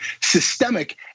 systemic